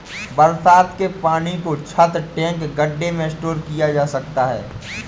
बरसात के पानी को छत, टैंक, गढ्ढे में स्टोर किया जा सकता है